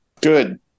Good